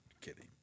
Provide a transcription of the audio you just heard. Kidding